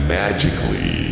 magically